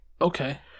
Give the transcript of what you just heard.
Okay